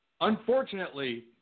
unfortunately